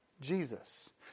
Jesus